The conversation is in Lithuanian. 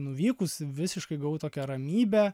nuvykus visiškai gavau tokią ramybę